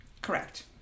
Correct